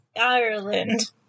Ireland